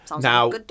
Now